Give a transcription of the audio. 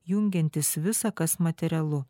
jungiantis visa kas materialu